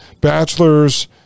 bachelor's